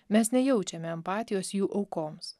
mes nejaučiame empatijos jų aukoms